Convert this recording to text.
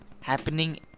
happening